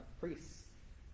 priests